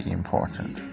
important